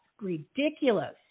ridiculous